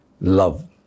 love